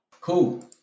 cool